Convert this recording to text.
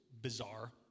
bizarre